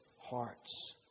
hearts